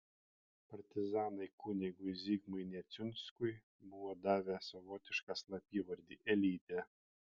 partizanai kunigui zigmui neciunskui buvo davę savotišką slapyvardį elytė